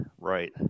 right